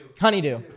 Honeydew